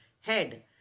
head